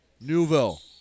Newville